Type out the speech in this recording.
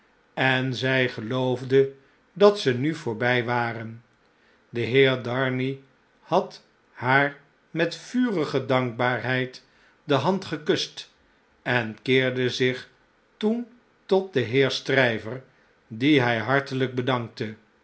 en zjj geloofde dat ze nu voorbij waren de heer darnay had haar met vurige dankbaarheid de hand gekust en keerde zich toen tot den heer stryver dien hy hartelp bedankte